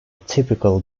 typical